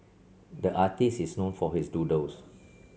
the artist is known for his doodles